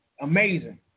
Amazing